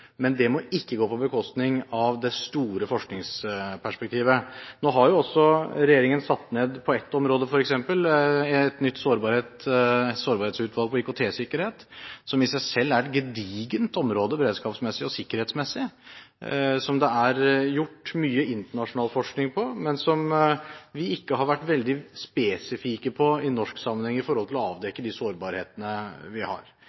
men det må ikke gå på bekostning av det store forskningsperspektivet. Nå har jo også regjeringen satt ned på ett område f.eks. et nytt sårbarhetsutvalg på IKT-sikkerhet, som i seg selv er et gedigent område beredskapsmessig og sikkerhetsmessig, som det er gjort mye internasjonal forskning på, men som vi ikke har vært veldig spesifikke på i norsk sammenheng i forhold til å avdekke de sårbarhetene vi har.